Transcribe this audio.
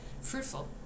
fruitful